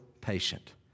patient